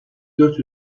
dört